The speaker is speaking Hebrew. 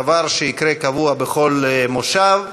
דבר שיקרה בקביעות בכל מושב.